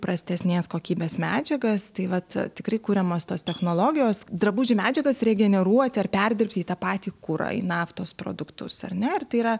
prastesnės kokybės medžiagas tai vat tikri kuriamos tos technologijos drabužį medžiagas regeneruoti ar perdirbti į tą patį kurą į naftos produktus ar ne ir tai yra